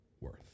worth